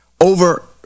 over